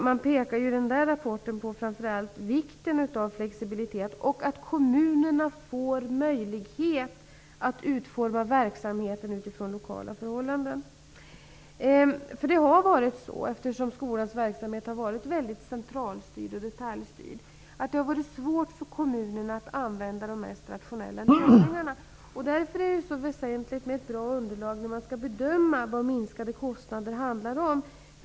Man pekar framför allt på vikten av flexibilitet och att kommunerna får möjlighet att utforma verksamheten utifrån lokala förhållanden. Eftersom skolans verksamhet har varit väldigt centralstyrd och detaljstyrd har det varit svårt för kommunerna att använda de mest rationella lösningarna. Därför är det väsentligt med ett bra underlag när man skall bedöma vad minskade kostnader handlar om.